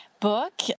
book